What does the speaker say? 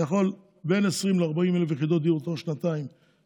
אתה יכול לייצר בין 20,000 ל-40,000 יחידות דיור תוך שנתיים-שלוש.